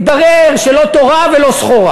התברר שלא תורה ולא סחורה.